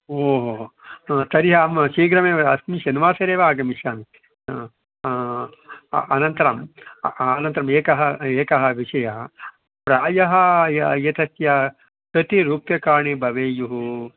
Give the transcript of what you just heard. ओ हो हो तर्हि अहं शीघ्रमेव अस्मिन् शनिवासरे एव आगमिष्यामि ह अनन्तरम् अनन्तरम् एकः एकः विषयः प्रायः एतस्य कति रूप्यकाणि भवेयुः